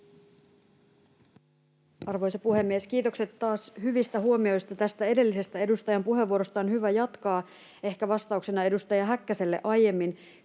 Arvoisa puhemies! Kiitokset taas hyvistä huomioista. — Tästä edellisestä edustajan puheenvuorosta on hyvä jatkaa, ehkä vastauksena edustaja Häkkäselle aiemmin: